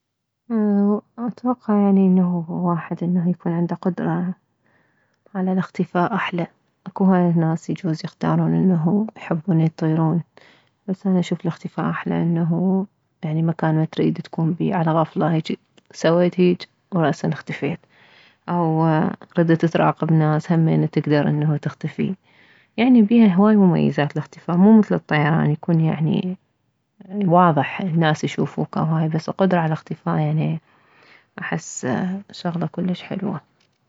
اتوقع يعني انه واحد انه يكون عنده قدرة على الاختفاء احلى اكو هوايه ناس يجوز يختارون انه يحبون يطيرون بس اني اشوف الاختفاء احلى انه مكان ما تكون تريد تكون بيه على غفلة هيج سويت هيج وراسا اختفيت او ردت تراقب ناس همينه تكدر تختفي انه يعني بيها هواي مميزات الاختفاء مو مثل الطيران يكون واضح يعني الناس يشوفوك او هاي بس القدرة على الاختفاء يعني احس شغلة كلش حلوة